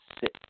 sit